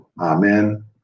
Amen